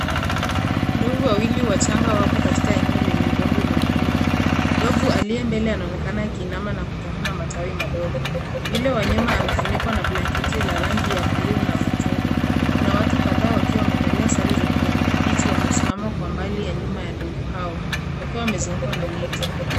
Ndovu wawili wachanga wapo katika eneo lenye udongo mwekundu. Ndovu aliye mbele anaonekana akiinama na kutafuna matawi madogo. Yule wa nyuma amefunikwa na blanketi la rangi ya buluu na machungwa. Kuna watu kadhaa wakiwa wamevalia sare za kijani kibichi wamesimama kwa mbali ya nyuma ya ndovu hao wakiwa wamezungukwa na miti.